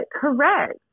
correct